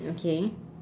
okay